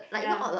ya